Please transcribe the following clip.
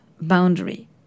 boundary